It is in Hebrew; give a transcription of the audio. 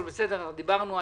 דיברנו.